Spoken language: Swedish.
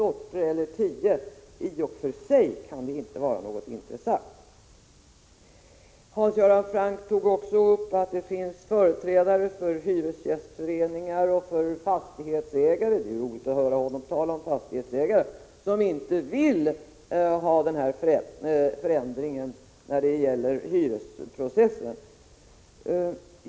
Om vi sedan har 10 eller 15 sorter kan inte i och för sig ha något intresse. Hans Göran Franck sade också att det finns företrädare för hyresgästföreningar och för fastighetsägare — det är ju roligt att höra honom tala om fastighetsägare — som inte vill ha någon förändring när det gäller hyresprocessen.